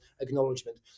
acknowledgement